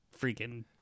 freaking